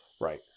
right